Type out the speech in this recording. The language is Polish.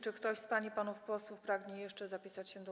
Czy ktoś z pań i panów posłów pragnie jeszcze zapisać się do głosu?